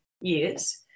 years